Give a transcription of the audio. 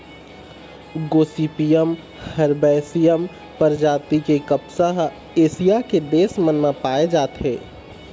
Gossypium herbaceum परजाति के कपसा ह एशिया के देश मन म पाए जाथे